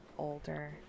older